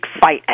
fight